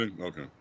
Okay